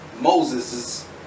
Moses